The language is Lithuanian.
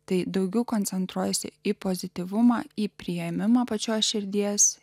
tai daugiau koncentruojasi į pozityvumą į priėmimą pačios širdies